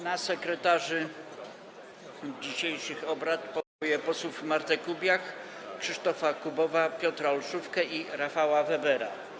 Na sekretarzy dzisiejszych obrad powołuję posłów Martę Kubiak, Krzysztofa Kubowa, Piotra Olszówkę i Rafała Webera.